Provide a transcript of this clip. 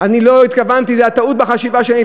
אני לא התכוונתי, זאת הייתה טעות בחשיבה שלי.